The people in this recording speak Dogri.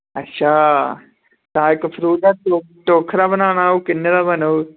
तां इक्क फ्रूट दा टोकरा बनाना ओह् किन्ने दा बनग